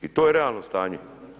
I to je realno stanje.